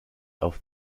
auf